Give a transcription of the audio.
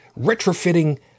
retrofitting